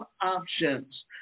options